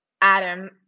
Adam